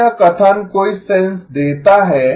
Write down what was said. क्या यह कथन कोई सेंस देता है